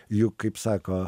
juk kaip sako